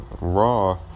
Raw